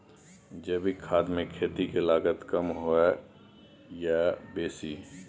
जैविक खाद मे खेती के लागत कम होय ये आ बेसी?